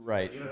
Right